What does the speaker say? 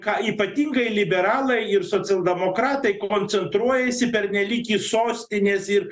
ką ypatingai liberalai ir socialdemokratai koncentruojasi pernelyg į sostinės ir